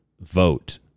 vote